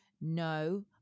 No